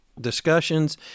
discussions